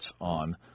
on